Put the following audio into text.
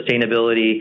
sustainability